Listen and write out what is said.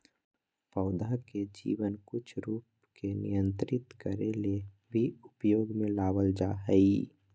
पौधा के जीवन कुछ रूप के नियंत्रित करे ले भी उपयोग में लाबल जा हइ